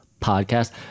podcast